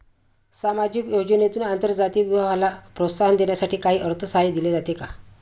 सामाजिक योजनेतून आंतरजातीय विवाहाला प्रोत्साहन देण्यासाठी काही अर्थसहाय्य दिले जाते का?